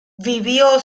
vivió